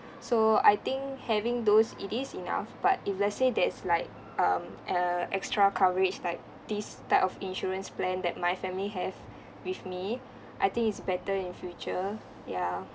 so I think having those it is enough but if let's say there's like um a extra coverage like this type of insurance plan that my family have with me I think is better in future ya